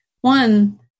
one